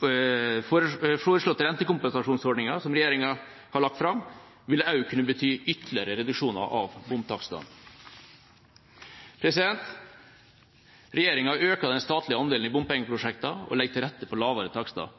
foreslåtte rentekompensasjonsordninga som regjeringa har lagt fram, vil det også kunne bety ytterligere reduksjoner av bomtakstene. Regjeringa øker den statlige andelen i bompengeprosjekter og legger til rette for lavere takster.